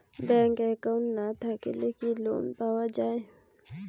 Bank account না থাকিলে কি লোন পাওয়া য়ায়?